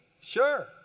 Sure